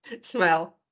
Smell